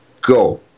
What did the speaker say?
Go